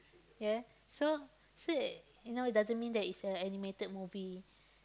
yeah so so that you know doesn't mean that it's an animated movie